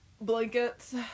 blankets